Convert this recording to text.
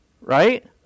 Right